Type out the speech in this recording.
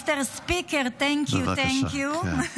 Mister Speaker, thank you, thank you.